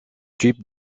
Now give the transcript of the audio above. type